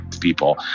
people